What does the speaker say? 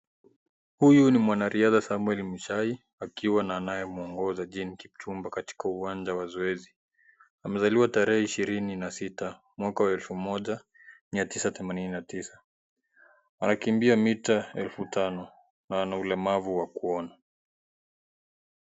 Huyu ni mwanariadha Samuel Muchai, akiwa na anayemwongoza Jane Kipchumba katika uwanja wa zoezi. Amezaliwa tarehe 26 mwaka wa 1989. Anakimbia mita 5000. Na ana ulemavu wa kuona.